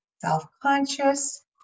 Self-conscious